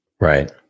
Right